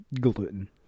gluten